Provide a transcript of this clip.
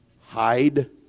hide